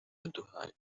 yaduhaye